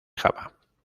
java